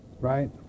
right